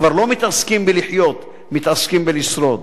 כבר לא מתעסקים בלחיות, מתעסקים בלשרוד.